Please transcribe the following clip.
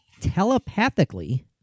telepathically